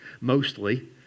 Mostly